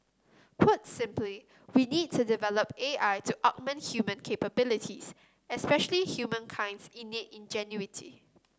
put simply we needs to develop A I to augment human capabilities especially humankind's innate ingenuity